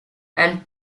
and